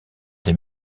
des